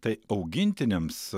tai augintiniams